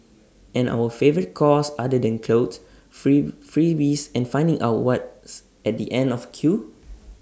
and our favourite cause other than clothes free freebies and finding out what's at the end of A queue